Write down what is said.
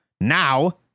Now